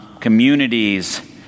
communities